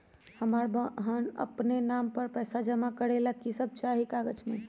हमरा अपन बहन के नाम पर पैसा जमा करे ला कि सब चाहि कागज मे?